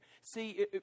See